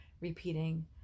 repeating